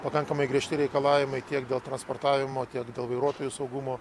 pakankamai griežti reikalavimai tiek dėl transportavimo tiek dėl vairuotojų saugumo